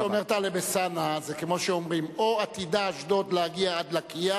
מה שאומר טלב אלסאנע זה כמו שאומרים: או עתידה אשדוד להגיע עד לקיה,